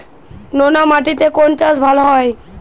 নোনা মাটিতে কোন চাষ ভালো হয়?